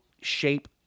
shape